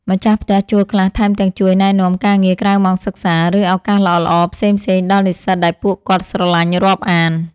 ម្ចាស់ផ្ទះជួលខ្លះថែមទាំងជួយណែនាំការងារក្រៅម៉ោងសិក្សា ឬឱកាសល្អៗផ្សេងៗដល់និស្សិតដែលពួកគាត់ស្រឡាញ់រាប់អាន។